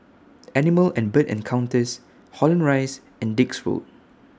Animal and Bird Encounters Holland Rise and Dix Road